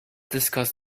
discuss